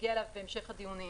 שנגיע אליו בהמשך הדיונים.